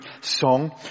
song